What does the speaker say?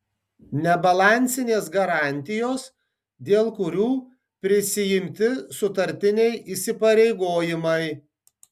nebalansinės garantijos dėl kurių prisiimti sutartiniai įsipareigojimai